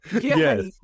Yes